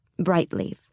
Brightleaf